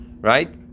right